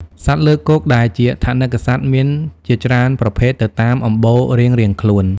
សត្វលើគោកដែលជាថនិកសត្វមានជាច្រើនប្រភេទទៅតាមអម្បូររៀងៗខ្លួន។